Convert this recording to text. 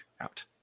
out